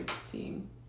seeing